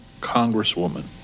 congresswoman